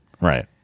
Right